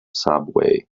subway